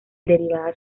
derivadas